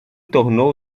tornou